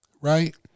right